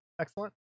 excellent